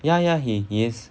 ya ya he he is